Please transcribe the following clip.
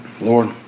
Lord